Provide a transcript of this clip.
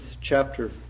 chapter